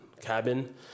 cabin